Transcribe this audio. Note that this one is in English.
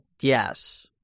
Yes